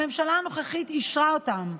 הממשלה הנוכחית אישרה אותם,